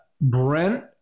Brent